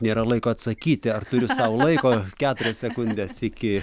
nėra laiko atsakyti ar turiu sau laiko keturios sekundės iki